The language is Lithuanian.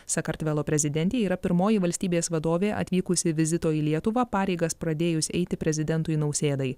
sakartvelo prezidentė yra pirmoji valstybės vadovė atvykusi vizito į lietuvą pareigas pradėjus eiti prezidentui nausėdai